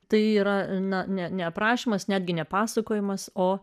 tai yra na ne ne aprašymas netgi ne pasakojimas o